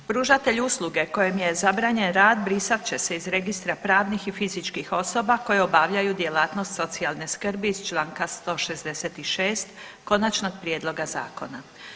Pružatelj usluge kojem je zabranjen rad brisat će iz registra pravnih i fizičkih osoba koje obavljaju djelatnost socijalne skrbi iz Članka 166. konačnog prijedloga zakona.